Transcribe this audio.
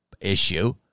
issue